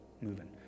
moving